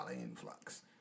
influx